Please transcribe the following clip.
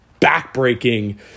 backbreaking